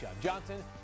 Johnson